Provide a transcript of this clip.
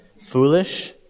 foolish